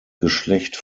geschlecht